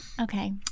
Okay